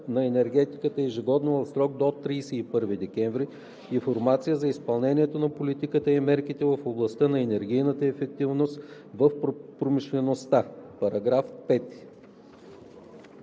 на енергетиката ежегодно в срок до 31 декември информация за изпълнение на политиката и мерките в областта на енергийната ефективност в промишлеността;“.“